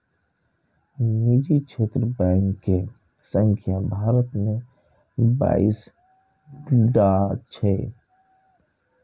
निजी क्षेत्रक बैंक के संख्या भारत मे बाइस टा छै